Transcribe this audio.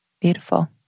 Beautiful